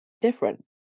different